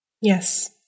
Yes